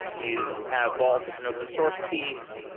you have vault as an open source piece.